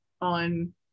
on